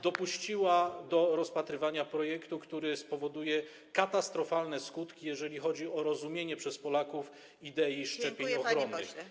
dopuściła do rozpatrywania projektu, który spowoduje katastrofalne skutki, jeżeli chodzi o rozumienie przez Polaków idei szczepień ochronnych.